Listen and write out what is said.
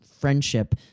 friendship